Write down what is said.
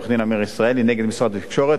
עורך-דין אמיר ישראלי נגד משרד התקשורת,